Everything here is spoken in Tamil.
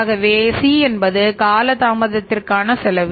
ஆகவே C என்பது கால தாமதத்திற்கான செலவு